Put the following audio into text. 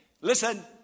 listen